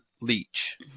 leech